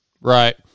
Right